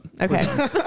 Okay